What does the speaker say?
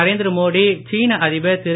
நரேந்திரமோடி சீன அதிபர் திரு